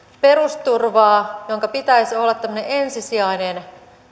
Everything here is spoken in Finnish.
perusturvaa jonka pitäisi olla tämmöinen ensisijainen